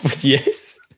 Yes